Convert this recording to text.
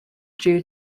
due